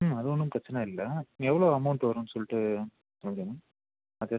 ம் அது ஒன்றும் பிரச்சனை இல்லை எவ்வளோ அமௌண்ட் வரும்னு சொல்லிட்டு சொல்லுங்கள் அது